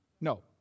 No